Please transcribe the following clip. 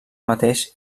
mateix